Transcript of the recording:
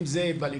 אם זה בלימודים,